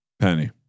Penny